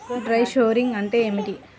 Dry sowing అంటే ఏమిటి?